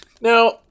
Now